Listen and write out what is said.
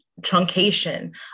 truncation